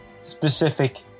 specific